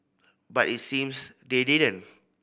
but it seems they didn't